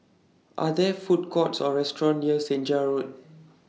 Are There Food Courts Or restaurants near Senja Road